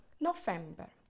November